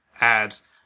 ads